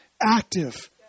active